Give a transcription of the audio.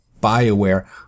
BioWare